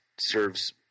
serves